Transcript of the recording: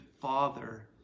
father